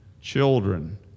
children